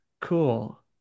cool